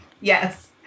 Yes